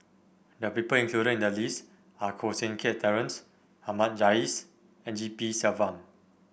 the people included in the list are Koh Seng Kiat Terence Ahmad Jais and G P Selvam